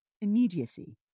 immediacy